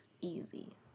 Easy